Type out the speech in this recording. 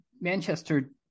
Manchester